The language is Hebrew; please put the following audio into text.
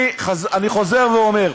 אני חוזר ואומר: